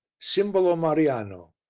simbolo mariano.